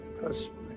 personally